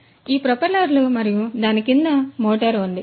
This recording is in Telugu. కాబట్టి ఇది ఈ ప్రొపెల్లర్ మరియు దాని క్రింద ఈ మోటారు ఉంది